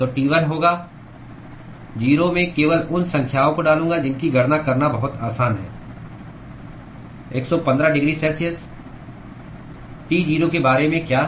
तो T1 होगा 0 मैं केवल उन संख्याओं को डालूंगा जिनकी गणना करना बहुत आसान है 115 डिग्री C T0 के बारे में क्या